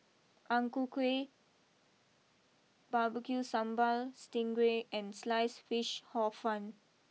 Ang Ku Kueh B B Q Sambal Sting Ray and sliced Fish Hor fun